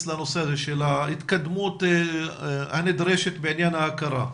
לנושא של ההתקדמות הנדרשת בעניין ההכרה.